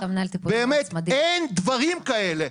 באמת אין דברים כאלה.